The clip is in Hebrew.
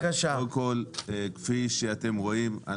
כפי שאתם רואים,